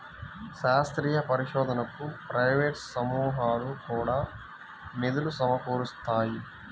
శాస్త్రీయ పరిశోధనకు ప్రైవేట్ సమూహాలు కూడా నిధులు సమకూరుస్తాయి